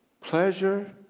pleasure